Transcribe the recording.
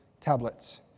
tablets